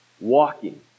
Walking